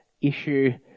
issue